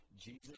Jesus